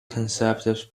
conservative